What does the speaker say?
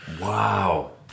Wow